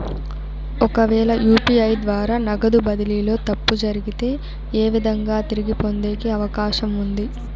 ఒకవేల యు.పి.ఐ ద్వారా నగదు బదిలీలో తప్పు జరిగితే, ఏ విధంగా తిరిగి పొందేకి అవకాశం ఉంది?